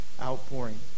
outpouring